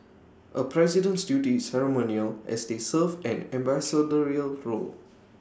A president's duty is ceremonial as they serve an ambassadorial role